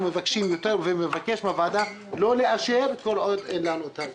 אני מבקש מן הוועדה לא לאשר כל עוד אין לנו את הנתונים.